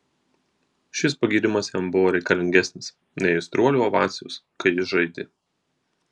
šis pagyrimas jam buvo reikalingesnis nei aistruolių ovacijos kai jis žaidė